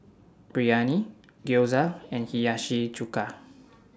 Biryani Gyoza and Hiyashi Chuka